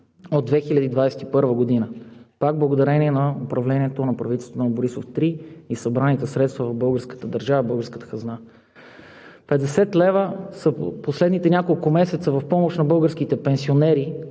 от 2021 г. Пак благодарение на управлението на правителството на Борисов 3 и събраните средства в българската държава, в българската хазна 50 лв. в последните няколко месеца са в помощ на българските пенсионери,